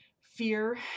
fear